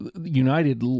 United